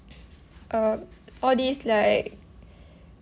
uh all these like